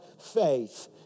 faith